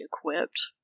equipped